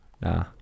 Nah